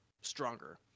stronger